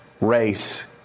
race